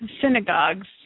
synagogues